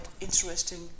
interesting